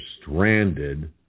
stranded